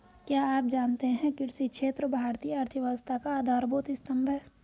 क्या आप जानते है कृषि क्षेत्र भारतीय अर्थव्यवस्था का आधारभूत स्तंभ है?